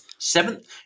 Seventh